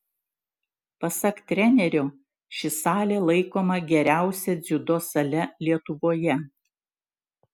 pasak trenerio ši salė laikoma geriausia dziudo sale lietuvoje